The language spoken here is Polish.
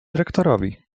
dyrektorowi